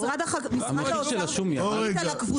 משרד האוצר החליט על הקבוצות,